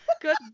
Good